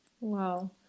Wow